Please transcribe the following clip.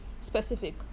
specific